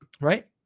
right